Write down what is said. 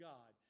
God